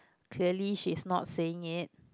clearly she's not saying it